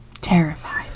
terrified